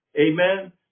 Amen